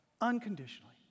Unconditionally